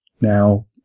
now